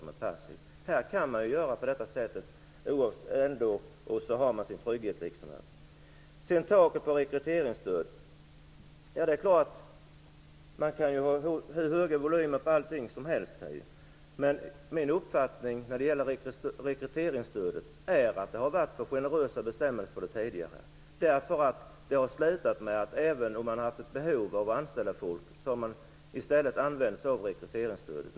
Man kan göra på det sättet och ändå ha sin trygghet. Angående taket på rekryteringsstödet så kan man förstås ha hur stora volymer som helst på allting. Men min uppfattning om rekryteringsstödet är att det har varit för generösa bestämmelser tidigare. Även om man har haft ett behov av att anställa folk har det ändå slutat med att man använt sig av rekryteringsstödet.